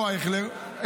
לא אייכלר,